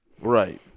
right